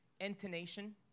intonation